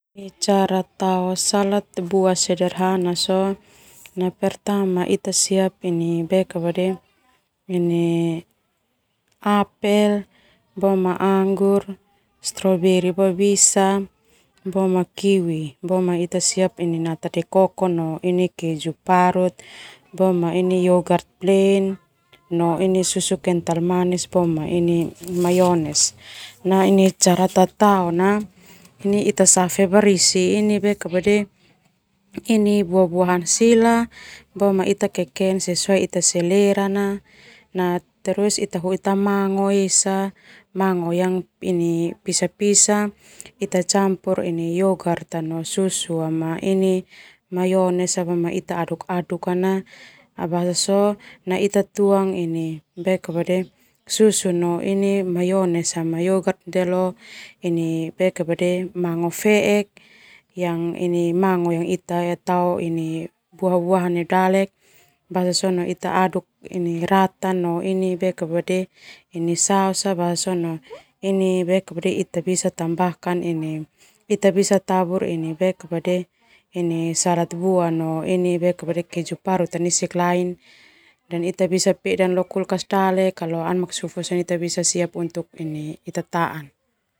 Siap apel, anggur, stroberi, kiwi, nata de coco, keju parut, boma ini youghurt plain, susu kental manis boma ini mayones. Ita safe barisi buah-buahan sila boma ita keken sesuai selera hoi mango campur youghurt susu mayones tuang leo mango feek aduk rata no saos basa sona ita tabur salad buah no keju parut nisik lain tao lo kulkas dale.